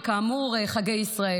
וכאמור חגי ישראל,